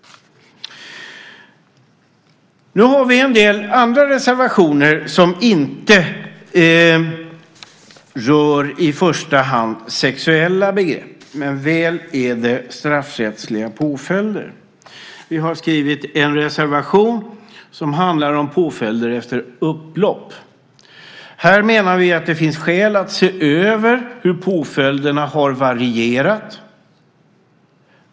Nu har vi en del andra reservationer som inte rör i första hand sexuella begrepp men väl straffrättsliga påföljder. Vi har skrivit en reservation som handlar om påföljder efter upplopp. Här menar vi att det finns skäl att se över hur påföljderna har varierat.